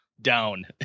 down